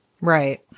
Right